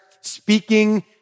speaking